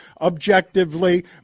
objectively